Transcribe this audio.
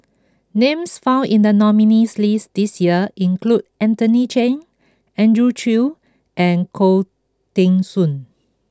names found in the nominees' list this year include Anthony Chen Andrew Chew and Khoo Teng Soon